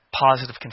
positive